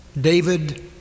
David